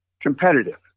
Competitive